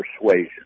persuasion